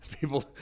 people